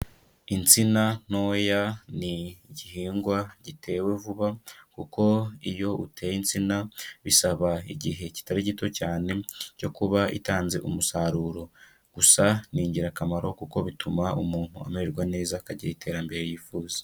Itsina ntoya ni igihingwa gitewe vuba, kuko iyo uteye itsina bisaba igihe kitari gito cyane cyo kuba itanze umusaruro, gusa n'ingirakamaro kuko bituma umuntu amererwa neza akagira iterambere yifuza.